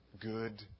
good